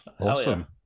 awesome